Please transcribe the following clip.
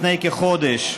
לפני כחודש,